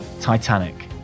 Titanic